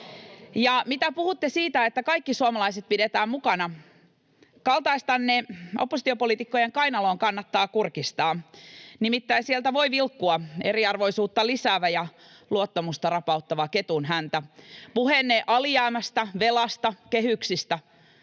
kun puhuitte siitä, että kaikki suomalaiset pidetään mukana: kannattaa kurkistaa kaltaistenne oppositiopoliitikkojen kainaloon, nimittäin sieltä voi vilkkua eriarvoisuutta lisäävä ja luottamusta rapauttava ketunhäntä. Puheenne alijäämästä, velasta, kehyksistä